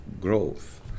growth